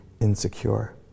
insecure